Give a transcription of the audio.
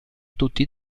tutti